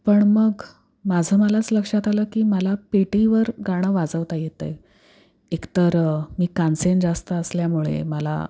पण मग माझं मलाच लक्षात आलं की मला पेटीवर गाणं वाजवता येतं आहे एक तर मी कानसेन जास्त असल्यामुळे माला